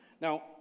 now